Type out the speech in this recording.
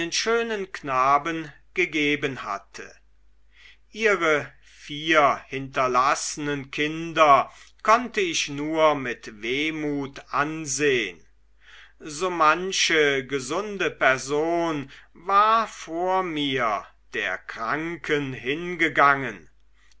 schönen knaben gegeben hatte ihre vier hinterlassenen kinder konnte ich nur mit wehmut ansehn so manche gesunde person war vor mir der kranken hingegangen